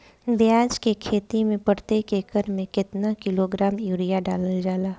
प्याज के खेती में प्रतेक एकड़ में केतना किलोग्राम यूरिया डालल जाला?